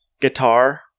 guitar